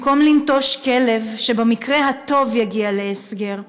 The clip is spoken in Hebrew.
במקום לנטוש כלב, שבמקרה הטוב יגיע להסגר,